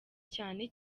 cyane